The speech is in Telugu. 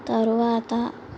తరువాత